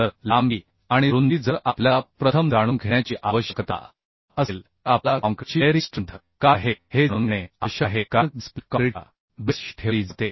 तर लांबी आणि रुंदी जर आपल्याला प्रथम जाणून घेण्याची आवश्यकता असेल तर आपल्याला काँक्रीटची बेअरिंग स्ट्रेंथ काय आहे हे जाणून घेणे आवश्यक आहे कारण बेस प्लेट काँक्रीटच्या बेस शी ठेवली जाते